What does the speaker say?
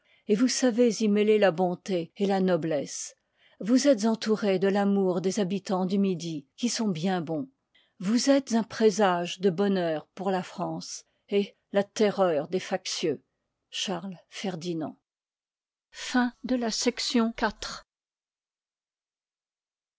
et vous savez y mêler la bonté et la noblesse vous êtes entourée de l'amour des habitans du midi qui sont bien bons y vous êtes un présage de bonheur pour la france et la terreur des factieux i charles ferdinand